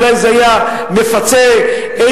אולי זה היה מפצה איזה,